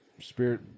spirit